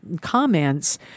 comments